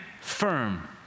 firm